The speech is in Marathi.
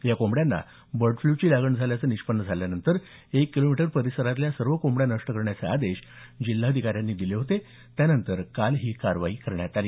या कोंबड्यांना बर्ड फ्ल ची लागण झाल्याचं निष्पन्न झाल्यानंतर एक किलोमीटर परिसरातल्या सर्व कोंबड्या नष्ट करण्याचे आदेश जिल्हाधिकाऱ्यांनी दिले होते त्यानंतर काल ही कारवाई करण्यात आली